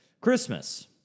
Christmas